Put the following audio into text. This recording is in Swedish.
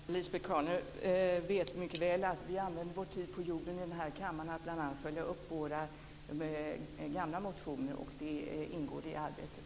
Herr talman! Lisbet Calner vet mycket väl att vi använder vår tid på jorden och i den här kammaren till att bl.a. följa upp våra gamla motioner, och det ingår i arbetet.